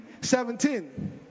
17